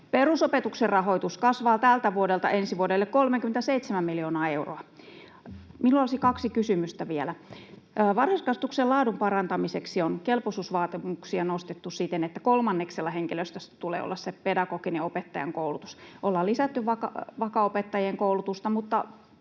Perusopetuksen rahoitus kasvaa tältä vuodelta ensi vuodelle 37 miljoonaa euroa. Minulla olisi kaksi kysymystä vielä: Varhaiskasvatuksen laadun parantamiseksi on kelpoisuusvaatimuksia nostettu siten, että kolmanneksella henkilöstöstä tulee olla se pedagoginen opettajankoulutus. Ollaan lisätty vaka-opettajien koulutusta, mutta